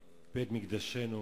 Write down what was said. בית-מקדשנו,